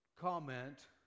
comment